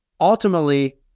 Ultimately